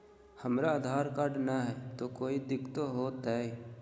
हमरा आधार कार्ड न हय, तो कोइ दिकतो हो तय?